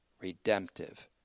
redemptive